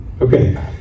Okay